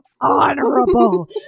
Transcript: honorable